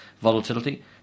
volatility